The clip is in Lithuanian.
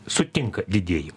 sutinka didieji